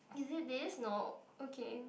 is it this no okay